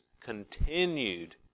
continued